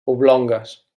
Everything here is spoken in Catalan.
oblongues